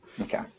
Okay